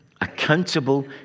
accountable